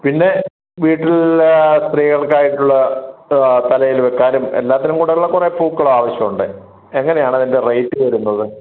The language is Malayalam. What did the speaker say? പിന്നെ വീട്ടിൽ സ്ത്രീകൾക്ക് ആയിട്ടുള്ള തലയിൽ വെക്കാനും എല്ലാത്തിനും കൂടി ഉള്ള കുറേ പൂക്കൾ ആവശ്യമുണ്ട് എങ്ങനെയാണ് അതിന്റെ റേറ്റ് വരുന്നത്